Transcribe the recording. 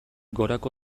gorako